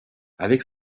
avec